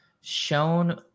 shown